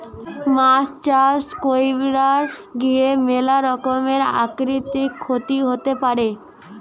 মাছ চাষ কইরার গিয়ে ম্যালা রকমের প্রাকৃতিক ক্ষতি হতে পারে